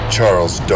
Charles